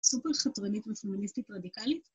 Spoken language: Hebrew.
סופר חתרנית ופנונדמליסטית רדיקלית.